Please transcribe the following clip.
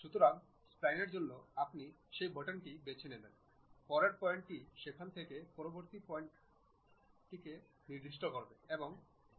সুতরাং স্প্লাইনের জন্য আপনি সেই বাটনটি বেছে নেবেন পরের পয়েন্টটি সেখান থেকে পরবর্তী পয়েন্টে নির্দেশ করবে এবং এভাবে চলতে থাকবে